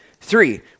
Three